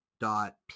dot